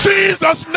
Jesus